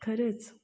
खरंच